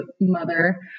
mother